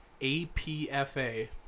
APFA